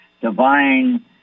divine